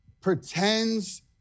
pretends